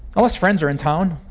unless friends are in town.